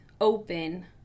open